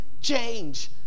change